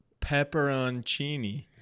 Pepperoncini